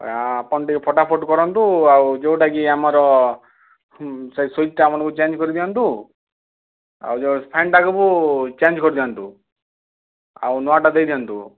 ଆପଣ ଟିକେ ଫଟାଫଟ୍ କରନ୍ତୁ ଆଉ ଯେଉଁଟା କି ଆମର ସେ ସୁଇଜ୍ ଟା ଚେଞ୍ଜ କରିଦିଅନ୍ତୁ ଆଉ ଯେଉଁ ଫ୍ୟାନ୍ ଟାକୁ ଚେଞ୍ଜ କରି ଦିଅନ୍ତୁ ଆଉ ନୂଆଟା ଦେଇଦିଅନ୍ତୁ